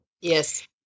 Yes